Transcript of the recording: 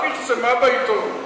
המשטרה פרסמה בעיתון.